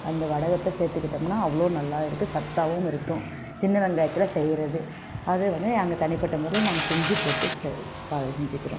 அந்த வடகத்தை சேர்த்திக்கிட்டோம்ன்னா அவ்வளோ நல்லா இருக்குது சத்தாவும் இருக்கும் சின்ன வெங்காயத்தில் செய்கிறது அது வந்து அங்கே தனிப்பட்ட முறையில் நாங்கள் செஞ்சுப்போட்டு செஞ்சுக்குறோம்